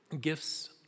gifts